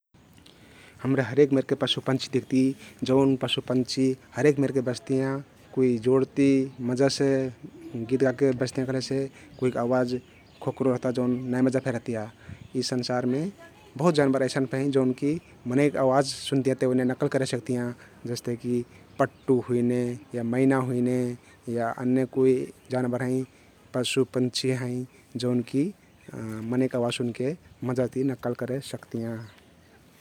हमरे हरेक मेरके पशुपंक्षी दिख्ती । जउन पशुपंक्षी हरेक मेरके बसतियाँ । कुइ जोरति मजासे गित गाके बस्तियाँ कहलेसे कुइक अवाज खोक्रो रहता जउन नाई मजा फे रहतियाँ । यि संसारमे बहुत जानबर अइसन फे हँइ जौनकी मनैक अवाज सुनतियाँ ते ओइने नक्कल करे सक्तियाँ । जस्तेकी पट्टु हुइने या मैना हुइने या अन्य कुइ जानबर हँइ, पशुपंक्षी हँइ जउन कि मनैक अवाज सुनके मजाति नक्कल करे सक्तियाँ ।